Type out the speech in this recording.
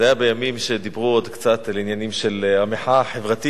זה היה בימים שדיברו עוד קצת על עניינים של המחאה החברתית,